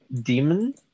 demon